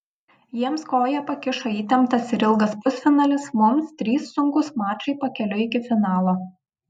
jiems koją pakišo įtemptas ir ilgas pusfinalis mums trys sunkūs mačai pakeliui iki finalo